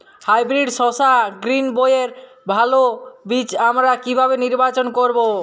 Hybrid শসা গ্রীনবইয়ের ভালো বীজ আমরা কিভাবে নির্বাচন করব?